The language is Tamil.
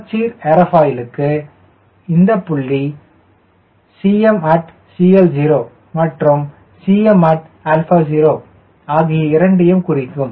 சமச்சீர் ஏரோஃபாயிலுக்கு இந்த புள்ளி at CL 0 மற்றும் at 0 ஆகிய இரண்டையும் குறிக்கும்